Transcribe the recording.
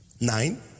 Nine